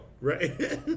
Right